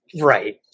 Right